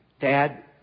Dad